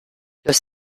los